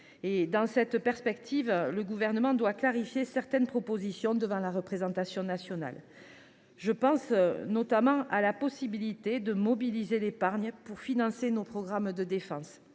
initiatives. Cependant, le Gouvernement doit clarifier sa position sur certaines propositions devant la représentation nationale. Je pense notamment à la possibilité de mobiliser l’épargne pour financer nos programmes de défense,